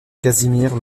casimir